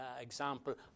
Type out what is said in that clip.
example